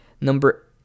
number